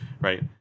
right